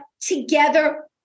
together